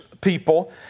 people